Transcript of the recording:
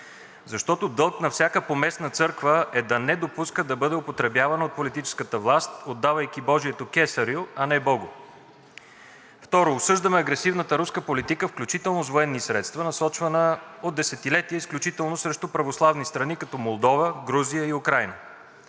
Защото дълг на всяка поместна църква е да не допуска да бъде употребявана от политическата власт, отдавайки Божието кесарю, а не Богу. Второ, осъждаме агресивната руска политика, включително с военни средства, насочвана от десетилетия изключително срещу православни страни, като Молдова, Грузия и Украйна.